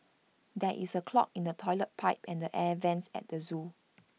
there is A clog in the Toilet Pipe and the air Vents at the Zoo